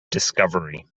discovery